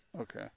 Okay